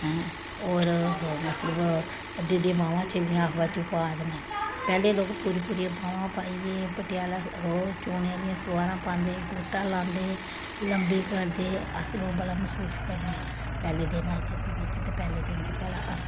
ऐं होर मतलब अद्धी अद्धियां बाह्मां चलियां हाल्फ बाजू पा दे न पैह्लें लोक पूरी पूरी बाह्मां पाइयै पटेयाला ओह् चौने आह्लियां सलवारां पांदे हे गोटा लांदे हे लम्बी करदे हे अस लोक बड़ा मसूस करने आं पैह्ले दिन अज्ज दे बिच्च ते पैह्ले दिन च बड़ा अंतर ऐ